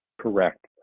Correct